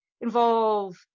involve